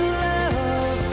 love